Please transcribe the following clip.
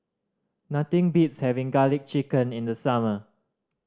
nothing beats having Garlic Chicken in the summer